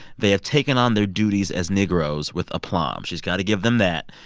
they have taken on their duties as negroes with aplomb. she's got to give them that.